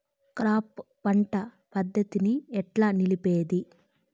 Crop పంట పద్ధతిని ఎట్లా నిలిపేది?